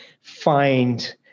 find